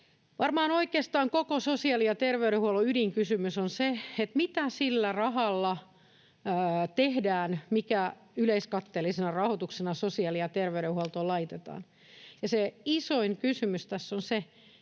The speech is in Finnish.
Varmaan oikeastaan koko sosiaali‑ ja terveydenhuollon ydinkysymys on se, mitä sillä rahalla tehdään, mikä yleiskatteellisena rahoituksena sosiaali‑ ja terveydenhuoltoon laitetaan. Ja se isoin kysymys tässä on se,